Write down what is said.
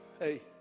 Hey